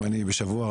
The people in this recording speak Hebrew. אם אני בשבוע הבא,